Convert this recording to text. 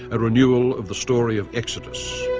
a renewal of the story of exodus.